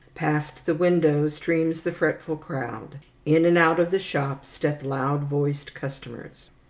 past the window streams the fretful crowd in and out of the shop step loud-voiced customers.